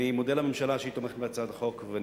אני מודה לממשלה שתומכת בהצעת החוק.